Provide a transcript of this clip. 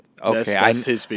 okay